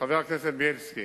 חבר הכנסת בילסקי,